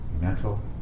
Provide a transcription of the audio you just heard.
mental